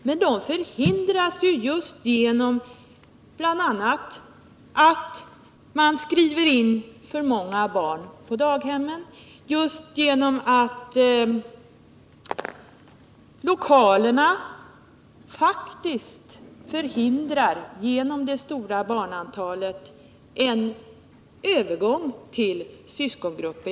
Men de förhindras ju genom att man skriver in för många barn på daghemmen, genom att lokalerna på grund av det stora barnantalet inte räcker till för en övergång till syskongrupper.